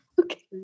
Okay